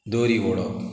दोरी ओडप